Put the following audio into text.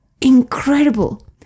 incredible